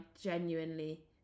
genuinely